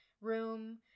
room